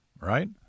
right